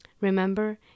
Remember